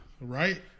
right